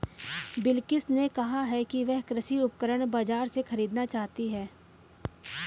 बिलकिश ने कहा कि वह कृषि उपकरण बाजार से खरीदना चाहती है